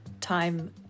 time